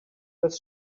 does